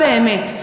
אני מבטיחה באמת,